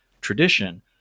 tradition